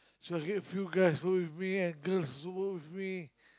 so I get few guys work with me and girls also work with me